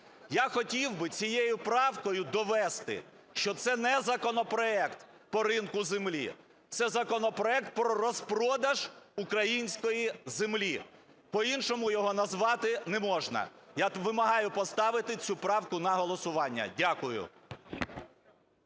Я хотів би цією правкою довести, що це не законопроект по ринку землі, це законопроект про розпродаж української землі. По-іншому його назвати не можна. Я вимагаю поставити цю правку на голосування. Дякую.